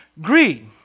greed